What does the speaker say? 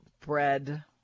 bread